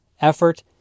effort